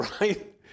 right